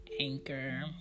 anchor